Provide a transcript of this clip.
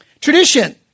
Tradition